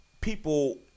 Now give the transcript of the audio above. people